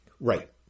right